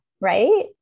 right